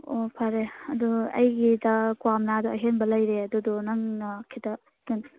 ꯑꯣ ꯐꯔꯦ ꯑꯗꯨ ꯑꯩꯒꯤꯗ ꯀ꯭ꯋꯥ ꯃꯉꯥꯗꯣ ꯑꯍꯦꯟꯕ ꯂꯩꯔꯦ ꯑꯗꯨꯗꯨ ꯅꯪꯅ ꯈꯤꯇ